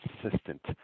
consistent